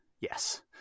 Yes